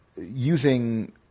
using